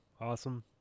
awesome